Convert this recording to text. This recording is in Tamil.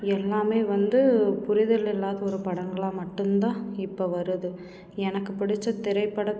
எல்லாமே வந்து புரிதல் இல்லாத ஒரு படங்களாக மட்டும்தான் இப்போ வருது எனக்கு பிடிச்ச திரைப்பட